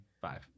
five